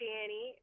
Danny